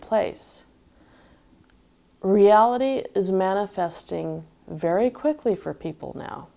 place reality is manifesting very quickly for people now